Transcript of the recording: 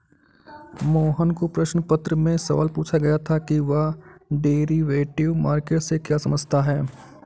मोहन को प्रश्न पत्र में सवाल पूछा गया था कि वह डेरिवेटिव मार्केट से क्या समझता है?